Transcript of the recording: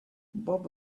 bob